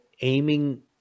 aiming